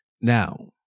Now